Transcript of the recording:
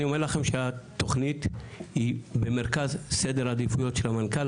אני אומר לכם שהתוכנית היא במרכז סדר העדיפויות של המנכ"ל.